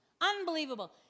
Unbelievable